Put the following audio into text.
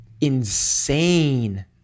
insane